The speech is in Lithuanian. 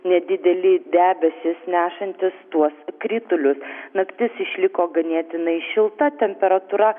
nedideli debesys nešantys tuos kritulius naktis išliko ganėtinai šilta temperatūra